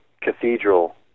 cathedral